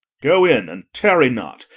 go in and tarry not.